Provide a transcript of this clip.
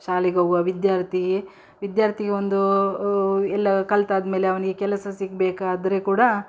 ಶಾಲೆಗ್ಹೋಗುವ ವಿದ್ಯಾರ್ಥಿ ವಿದ್ಯಾರ್ಥಿಗೆ ಒಂದು ಎಲ್ಲ ಕಲಿತಾದ್ಮೇಲೆ ಅವ್ನಿಗೆ ಕೆಲಸ ಸಿಗಬೇಕಾದ್ರೆ ಕೂಡ